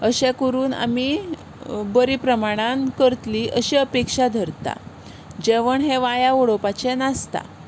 अशें करून आमी बरी प्रमाणान करतलीं अशी अपेक्षा धरतां जेवण हें वाऱ्यार उडोवपाचें नासता